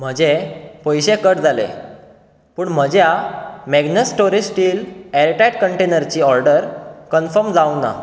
म्हजे पयशे कट जाले पूण म्हज्या Magnus storage steel air tight कंटेनरची ऑर्डर कन्फर्म जावंक ना